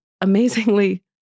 amazingly